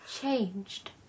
Changed